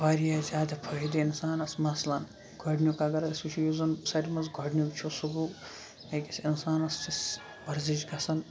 واریاہ زیادٕ فٲیِدٕ اِنسانَس مثلاً گۄڈنیُٚک اگر أسۍ وٕچھو یُس زَن ساروے منٛز گۄڈنیُٚک چھُ سُہ گوٚو أکِس اِنسانَس چھِ وَرزِش گژھان